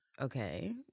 Okay